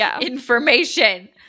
information